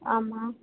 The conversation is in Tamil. ஆமாம்